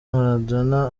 maradona